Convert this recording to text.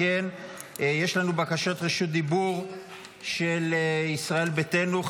יש לנו בקשות של ישראל ביתנו לרשות דיבור.